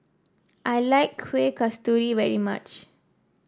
I like Kuih Kasturi very much